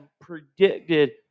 predicted